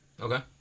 Okay